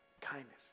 kindness